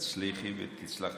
בעזרת השם.